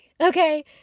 Okay